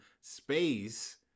space